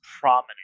prominent